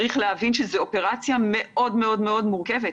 צריך להבין שזו אופרציה מאוד מאוד מורכבת.